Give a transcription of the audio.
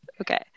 okay